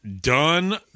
done